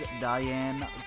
Diane